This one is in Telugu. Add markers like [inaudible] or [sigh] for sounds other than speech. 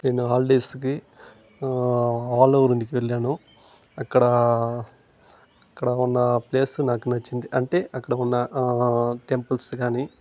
నేను హాలిడేస్కి [unintelligible] కి వెళ్ళాను అక్కడ అక్కడ ఉన్న ప్లేస్ నాకు నచ్చింది అంటే అక్కడ ఉన్న టెంపుల్స్ కాని